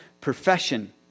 profession